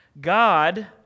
God